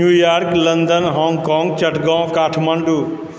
New York London Hong Kong Chittagong Kathmandu